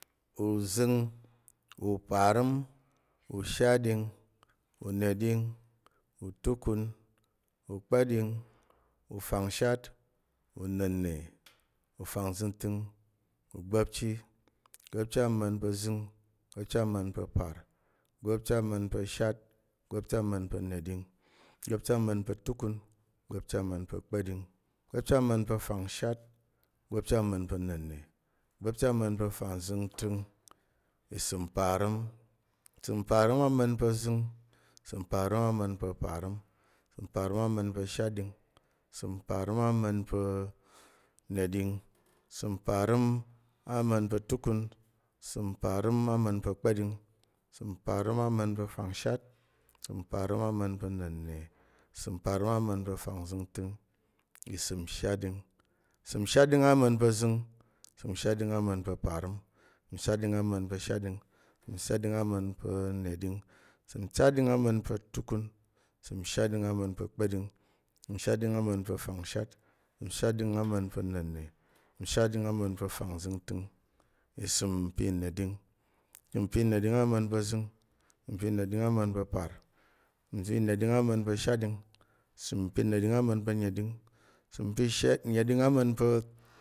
Uzəng uparəm ushaɗing uneɗing utukun ukpa̱ɗing ufangshat una̱ne ufangzəngtəng ugba̱pchi gba̱pchi ama̱n pa̱ zəng gba̱pchi ama̱n pa̱ parəm gba̱pchi ama̱n pa̱ shaɗing gba̱pchi ama̱n pa̱ neɗing gba̱pchi ama̱n pa̱ tukun gpa̱bchi ama̱n pa̱ kpa̱ɗing gba̱pchi ama̱n pa̱ fangshat gba̱pchi ama̱n pa̱ na̱nne gba̱pchi ama̱n pa̱ fangzəngtəng isəm parəm isəm parəm ama̱n pa̱ zəng isəm parəm ama̱n pa̱ parəm isəm parəm ama̱n pa̱ shaɗing isəm parəm ama̱n pa̱ neɗing isəm parəm ama̱n pa̱ tukun isəm parəm ama̱n pa̱ kpa̱ɗing isəm parəm ama̱n pa̱ fangshat isəm parəm ama̱n pa̱ na̱nne isəm parəm ama̱n fangzəngtəng isəm shaɗing isəm shatɗin ama̱n pa̱ zəng isəm shatɗing ama̱n pa̱ parəm isəm shatɗing ama̱n pa̱ shatɗing isəm shatɗing ama̱n pa̱ neɗing isəm shatɗing ama̱n pa̱ tukun isəm shatɗing ama̱n pa̱ kpa̱ɗing isəm shatɗing ama̱n pa̱ fangshat isəm shatɗing ama̱n pa̱ na̱nne isəm shatɗing ama̱n pa̱ fangzəngtəng isəm pi neɗing isəm pi neɗing ama̱n pa̱ zəng isəm pi neɗing ama̱n pa̱ par isəm pi neɗing ama̱n pa̱ shatɗing isəm pi neɗing ama̱n pa̱ neɗing isəm pi shatɗing ineɗing ama̱n pa̱